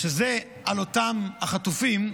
הוא על אותם החטופים,